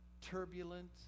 turbulent